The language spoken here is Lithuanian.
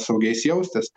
saugiais jaustis